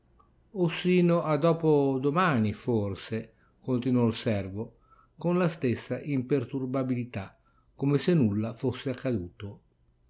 o sino a dopo domani forse continuò il servo con la stessa imperturbabilità come se nulla fosse accaduto